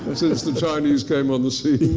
as soon as the chinese came on the scene,